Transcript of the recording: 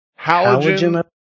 Halogen